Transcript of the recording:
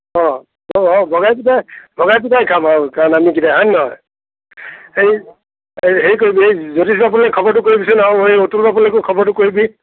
অঁ অঁ অঁ ভগাই পিটাই ভগাই পিটাই খাম আৰু কাৰণ আমি কেইটাই হয় নহয় হেৰি হেৰি হেৰি কৰিবি যদি যা খবৰটো কৰিবিচোন আৰু এই অতুলকো এবাৰ খবৰটো কৰিবি